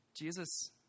Jesus